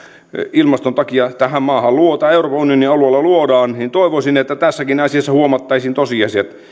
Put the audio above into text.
ilmaston takia euroopan unionin alueelle luodaan niin toivoisin että tässäkin asiassa huomattaisiin tosiasiat